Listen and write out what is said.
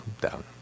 down